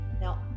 now